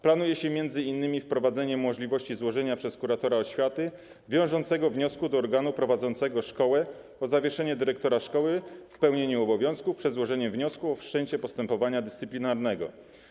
Planuje się m. in. wprowadzenie możliwości złożenia przez kuratora oświaty wiążącego wniosku do organu prowadzącego szkołę o zawieszenie dyrektora szkoły w pełnieniu obowiązków, chodzi o złożenie wniosku o wszczęcie postępowania dyscyplinarnego.